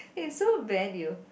eh so bad you